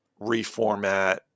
reformat